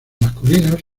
masculinas